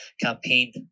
campaign